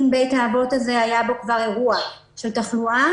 אם בית האבות הזה היה בו כבר אירוע של תחלואה,